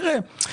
תראה,